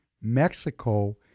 Mexico